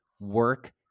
work